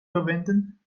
verwenden